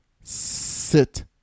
sit